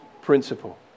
principle